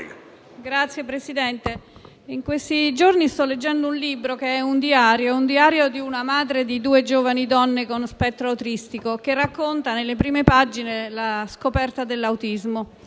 Signor Presidente, in questi giorni sto leggendo un libro: il diario di una madre di due giovani donne con spettro autistico, che racconta nelle prime pagine la scoperta dell'autismo.